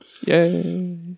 Yay